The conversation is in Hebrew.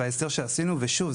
וההסדר שעשינו ושוב,